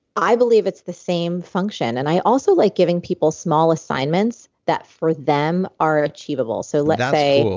i believe it's the same function and i also like giving people small assignments that for them are achievable. so let's say